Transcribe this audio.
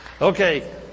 Okay